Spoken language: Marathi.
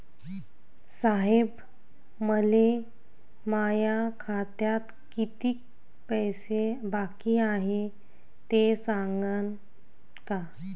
साहेब, मले माया खात्यात कितीक पैसे बाकी हाय, ते सांगान का?